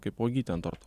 kaip uogytę ant torto